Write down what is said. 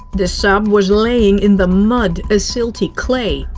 the sub was laying in the mud, a silty clay.